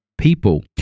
people